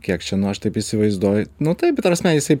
kiek čia nu aš taip įsivaizduoju nu taip ta prasme jisai